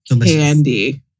candy